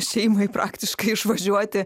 šeimai praktiškai išvažiuoti